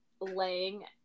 laying